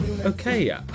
Okay